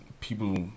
people